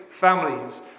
families